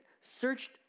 searched